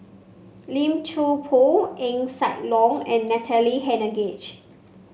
Lim Chuan Poh Eng Siak Loy and Natalie Hennedige